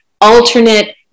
alternate